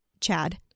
Chad